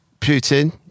Putin